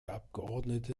abgeordnete